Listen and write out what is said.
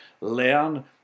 learn